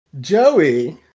Joey